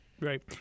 Right